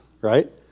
right